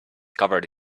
covered